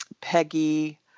Peggy